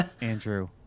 andrew